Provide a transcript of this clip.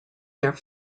their